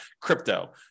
crypto